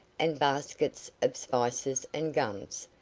and baskets of spices and gums,